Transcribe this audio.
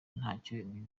ntacyo